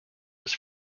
his